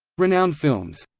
renowned films